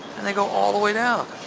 and they go all the way down.